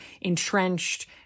entrenched